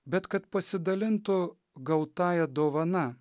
bet kad pasidalintų gautąja dovana